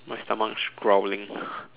my stomach's growling